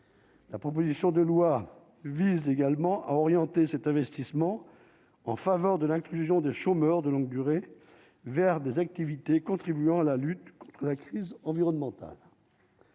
La proposition de loi vise également à orienter cet investissement en faveur de l'inclusion de chômeurs de longue durée vers des activités contribuant à la lutte, la crise environnementale.